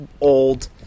old